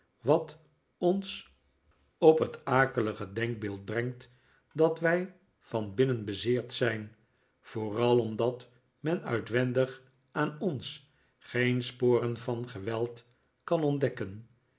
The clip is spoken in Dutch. wat ons op het akelige denkbeeld brengt dat wij van binnen bezeerd zijn vooral omdat men uitwendig aan ons geen sporen van geweld kan ontdekken